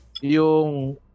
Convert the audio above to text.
yung